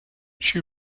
she